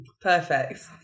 Perfect